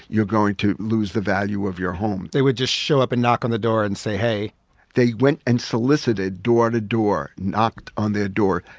you're going to lose the value of your home they would just show up and knock on the door and say, hey they went and solicited door to door, knocked on their door,